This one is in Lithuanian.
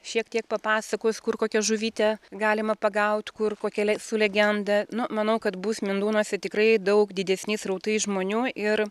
šiek tiek papasakos kur kokią žuvytę galima pagaut kur kokia su legenda nu manau kad bus mindūnuose tikrai daug didesni srautai žmonių ir